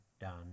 done